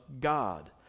God